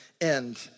end